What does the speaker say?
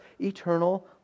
eternal